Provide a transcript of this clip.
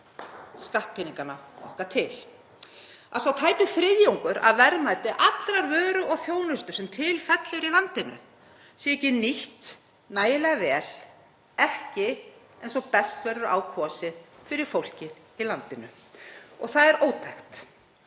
skattpeningana okkar í, að sá tæpi þriðjungur af verðmæti allrar vöru og þjónustu sem til fellur í landinu sé ekki nýttur nægilega vel, ekki eins og best verður á kosið fyrir fólkið í landinu. Það er ótækt.